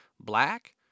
black